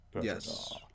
yes